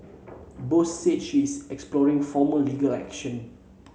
Bose said she is exploring formal legal action